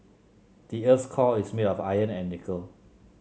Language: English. the earth's core is made of iron and nickel